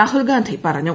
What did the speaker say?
രാഹുൽ ഗാന്ധി പറഞ്ഞു